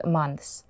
months